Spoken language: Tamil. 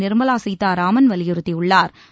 நிாமலா சீதாராமன் வலியுறுத்தியுள்ளாா்